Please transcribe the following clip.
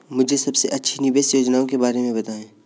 मुझे सबसे अच्छी निवेश योजना के बारे में बताएँ?